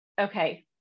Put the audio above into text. okay